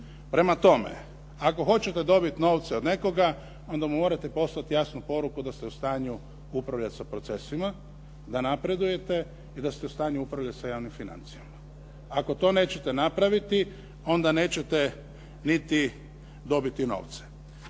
Prema tome, ako hoćete dobiti novce od nekoga onda mu morate poslati jasnu poruku da ste u stanju upravljati sa procesima, da napredujete i da se u stanju upravljati sa javnim financijama. Ako to nećete napraviti onda nećete niti dobiti novce.